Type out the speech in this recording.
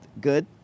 good